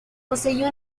poseía